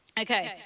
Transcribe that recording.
okay